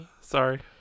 Sorry